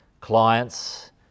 clients